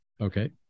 Okay